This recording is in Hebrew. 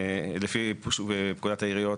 לפי פקודת העיריות